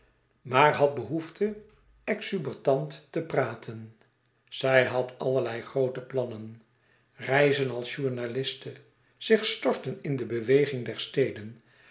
maar had behoefte exuberant te praten zij had allerlei groote plannen reizen als journaliste zich storten in de beweging der steden